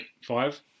five